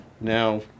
now